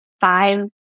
five